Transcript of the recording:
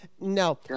No